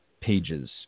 pages